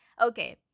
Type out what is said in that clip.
Okay